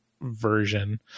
version